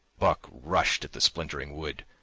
buck rushed at the splintering wood,